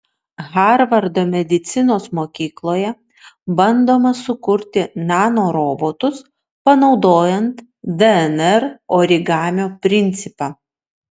harvardo medicinos mokykloje bandoma sukurti nanorobotus panaudojant dnr origamio principą